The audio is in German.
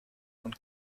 von